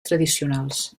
tradicionals